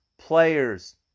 players